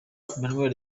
emmanuel